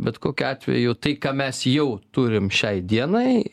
bet kokiu atveju tai ką mes jau turim šiai dienai